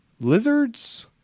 lizards